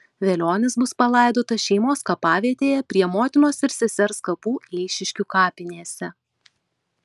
velionis bus palaidotas šeimos kapavietėje prie motinos ir sesers kapų eišiškių kapinėse